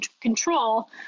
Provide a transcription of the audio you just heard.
control